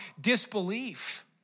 disbelief